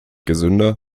gesünder